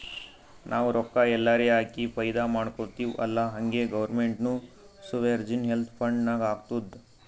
ನಾವು ರೊಕ್ಕಾ ಎಲ್ಲಾರೆ ಹಾಕಿ ಫೈದಾ ಮಾಡ್ಕೊತಿವ್ ಅಲ್ಲಾ ಹಂಗೆ ಗೌರ್ಮೆಂಟ್ನು ಸೋವರ್ಜಿನ್ ವೆಲ್ತ್ ಫಂಡ್ ನಾಗ್ ಹಾಕ್ತುದ್